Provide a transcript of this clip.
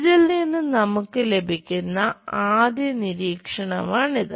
ഇതിൽ നിന്ന് നമുക്ക് ലഭിക്കുന്ന ആദ്യ നിരീക്ഷണമാണിത്